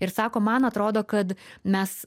ir sako man atrodo kad mes